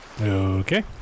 Okay